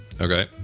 Okay